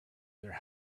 their